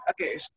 Okay